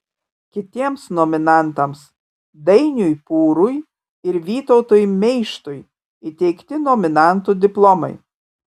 kitiems nominantams dainiui pūrui ir vytautui meištui įteikti nominantų diplomai